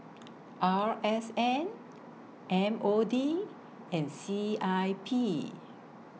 R S N M O D and C I P